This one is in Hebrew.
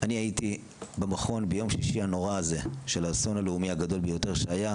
אני הייתי במכון ביום שישי הנורא הזה של האסון הלאומי הגדול ביותר שהיה